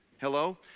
hello